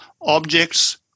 objects